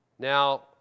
Now